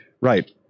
Right